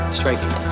striking